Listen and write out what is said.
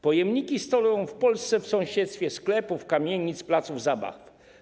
Pojemniki stoją w Polsce w sąsiedztwie sklepów, kamienic i palców zabaw.